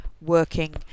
working